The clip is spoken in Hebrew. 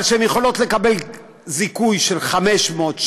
אבל יכולות לקבל זיכוי של 500,